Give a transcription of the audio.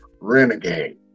Renegade